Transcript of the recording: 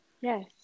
Yes